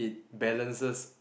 balances